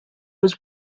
was